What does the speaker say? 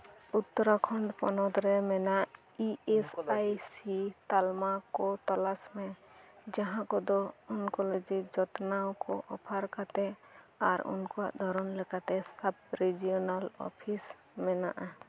ᱩᱛᱛᱚᱨᱟᱠᱷᱚᱱᱰ ᱯᱚᱱᱚᱛ ᱨᱮ ᱢᱮᱱᱟᱜ ᱤ ᱮᱥ ᱟᱭ ᱥᱤ ᱛᱟᱞᱢᱟᱠᱚ ᱛᱚᱞᱟᱥ ᱢᱮ ᱡᱟᱦᱟᱸ ᱠᱚᱫᱚ ᱚᱱᱠᱚᱞᱚᱡᱤ ᱡᱚᱛᱱᱟᱣᱠᱚ ᱚᱯᱷᱟᱨ ᱠᱟᱛᱮᱫ ᱟᱨ ᱩᱱᱠᱩᱣᱟᱜ ᱫᱷᱚᱨᱚᱱ ᱞᱮᱠᱟᱛᱮ ᱥᱟᱵᱽᱼᱨᱮᱡᱤᱭᱚᱱᱟᱞ ᱚᱯᱷᱤᱥ ᱢᱮᱱᱟᱜ ᱟ